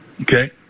okay